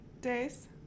days